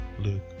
Luke